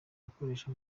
gukoresha